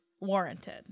warranted